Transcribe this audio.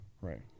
right